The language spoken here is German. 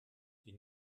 die